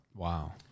Wow